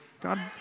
God